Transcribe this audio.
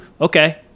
okay